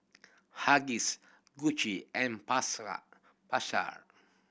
Huggies Gucci and Pasar